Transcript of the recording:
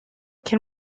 can